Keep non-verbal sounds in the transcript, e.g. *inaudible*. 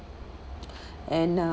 *noise* and uh